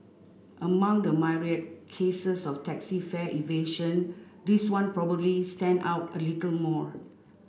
among the myriad cases of taxi fare evasion this one probably stand out a little more